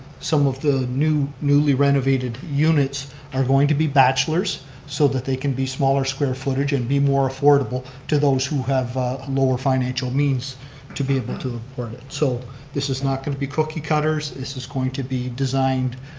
some of the new newly renovated units are going to be bachelors so that they can be smaller square footage and be more affordable to those who have lower financial means to be able to afford it. so this is not going to be cookie cutters, this is going to be designed